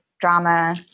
drama